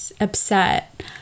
upset